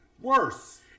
Worse